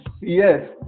Yes